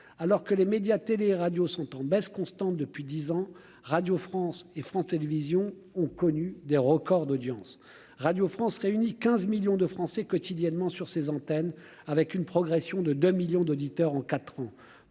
alors que les médias télé et radio sont en baisse constante depuis 10 ans, Radio France et France Télévisions ont connu des records d'audience, Radio France réunit 15 millions de Français quotidiennement sur ses antennes, avec une progression de 2 millions d'auditeurs en 4 ans,